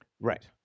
Right